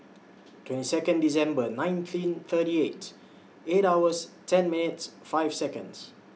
twenty Second December nineteen thirty eight eight hours ten minutes five Seconds